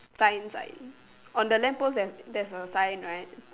sign sign on the lamp post there's a sign right